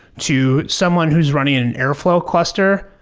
to someone who's running an an airflow cluster,